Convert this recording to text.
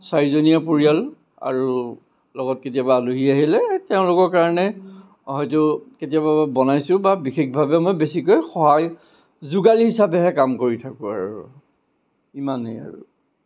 চাৰিজনীয়া পৰিয়াল আৰু লগত কেতিয়াবা আলহী আহিলে তেওঁলোকৰ কাৰণে হয়তো কেতিয়াবা বনাইছোঁ বা বিশেষভাৱে মই বেছিকৈ সহায় যোগালী হিচাপেহে কাম কৰি থাকোঁ আৰু ইমানেই আৰু